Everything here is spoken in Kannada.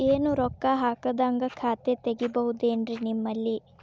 ಏನು ರೊಕ್ಕ ಹಾಕದ್ಹಂಗ ಖಾತೆ ತೆಗೇಬಹುದೇನ್ರಿ ನಿಮ್ಮಲ್ಲಿ?